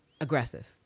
Aggressive